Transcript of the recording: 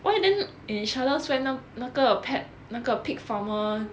why then initial 那个 pet 那个 pig farmer